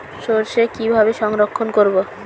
সরষে কিভাবে সংরক্ষণ করব?